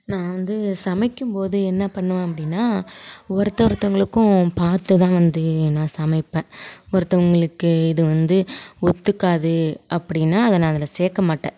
நான் வந்து சமைக்கும்போது என்ன பண்ணுவேன் அப்படினா ஒருத்தர் ஒருத்தவர்களுக்கும் பார்த்துதான் வந்து நான் சமைப்பேன் ஒருத்தவர்களுக்கு இது வந்து ஒத்துக்காது அப்படீன்னா அதை நான் அதில் சேர்க்க மாட்டேன்